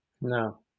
No